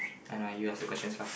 I know you ask the questions lah